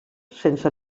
sense